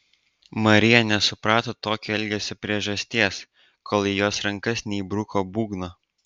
marija nesuprato tokio elgesio priežasties kol į jos rankas neįbruko būgno